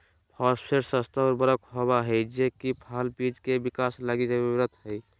phosphate सस्ता उर्वरक होबा हइ जे कि फल बिज के विकास लगी जरूरी हइ